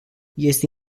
este